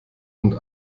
und